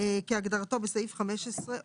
עולה חדש כהגדרתו בסעיף 15א